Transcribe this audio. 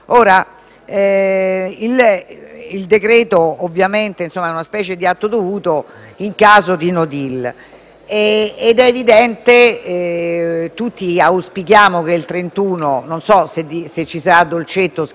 il decreto-legge è una specie di atto dovuto in caso di *no deal*. Tutti auspichiamo al 31 ottobre